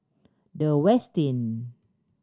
The Westin